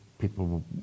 people